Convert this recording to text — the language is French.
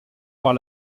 par